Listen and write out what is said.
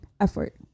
effort